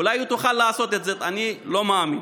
אולי היא תוכל לעשות את זה, אני לא מאמין.